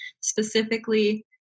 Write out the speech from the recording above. specifically